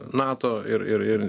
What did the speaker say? nato ir ir ir